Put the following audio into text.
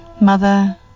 Mother